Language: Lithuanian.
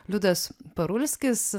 liudas parulskis